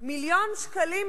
מיליון שקלים,